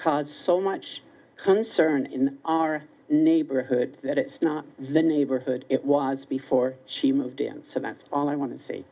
caused so much concern in our neighborhood that it's not the neighborhood it was before she moved in so that's all i want to s